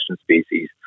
species